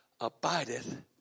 abideth